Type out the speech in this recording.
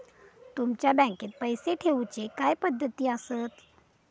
तुमच्या बँकेत पैसे ठेऊचे काय पद्धती आसत?